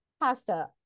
pasta